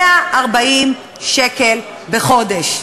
140 שקל בחודש.